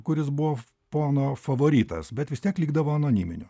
kuris buvo pono favoritas bet vis tiek likdavo anoniminiu